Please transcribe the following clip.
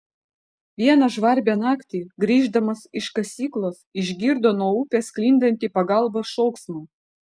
vieną žvarbią naktį grįždamas iš kasyklos išgirdo nuo upės sklindantį pagalbos šauksmą